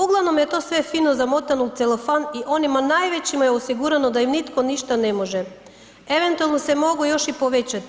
Uglavnom je to sve fino zamotano u celofan i onima najvećim je osigurano da im nitko ništa ne može, eventualno se mogu još i povećati.